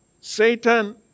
Satan